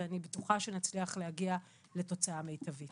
ואני בטוחה שנצליח להגיע לתוצאה מיטבית.